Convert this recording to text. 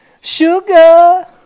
sugar